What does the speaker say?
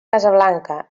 casablanca